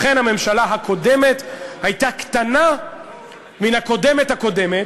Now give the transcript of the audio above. אכן הממשלה הקודמת הייתה קטנה מן הקודמת-הקודמת,